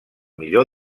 millor